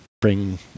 bring